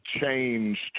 changed –